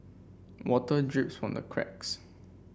water drips from the cracks